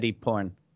porn